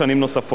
כאמור,